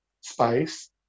space